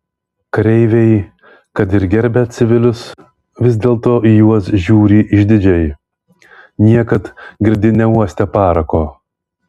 kareiviai kad ir gerbia civilius vis dėlto į juos žiūri išdidžiai niekad girdi neuostę parako